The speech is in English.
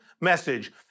message